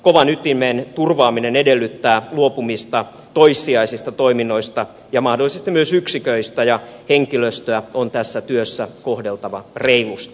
kovan ytimen turvaaminen edellyttää luopumista toissijaisista toiminnoista ja mahdollisesti myös yksiköistä ja henkilöstöä on tässä työssä kohdeltava reilusti